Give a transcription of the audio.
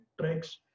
tricks